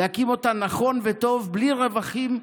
להקים אותה נכון וטוב בלי רווחים,